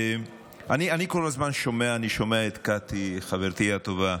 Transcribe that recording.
אני כל הזמן שומע, אני שומע את קטי, חברתי הטובה.